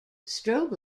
strobe